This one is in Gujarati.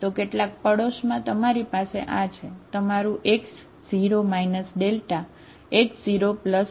તો કેટલાક પડોશમાં તમારી પાસે આ છે આ તમારું x0 δ x0δ